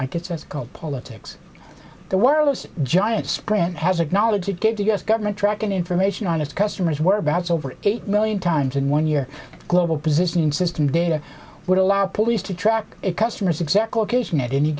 i could sense called politics there were less giants grant has acknowledged it gives us government tracking information on its customers where abouts over eight million times in one year global positioning system data would allow police to track it customer's exact location at any